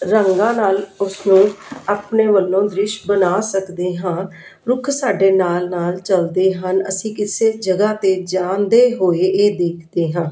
ਰੰਗਾਂ ਨਾਲ ਉਸਨੂੰ ਆਪਣੇ ਵੱਲੋਂ ਦ੍ਰਿਸ਼ ਬਣਾ ਸਕਦੇ ਹਾਂ ਰੁੱਖ ਸਾਡੇ ਨਾਲ ਨਾਲ ਚੱਲਦੇ ਹਨ ਅਸੀਂ ਕਿਸੇ ਜਗ੍ਹਾ 'ਤੇ ਜਾਣਦੇ ਹੋਏ ਇਹ ਦੇਖਦੇ ਹਾਂ